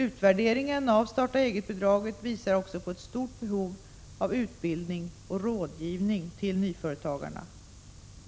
Utvärderingen av starta-eget-bidraget visade också på ett stort behov av utbildning och rådgivning till nyföretagarna.